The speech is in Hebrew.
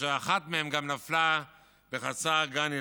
כאשר אחת מהן גם נפלה בחצר גן ילדים.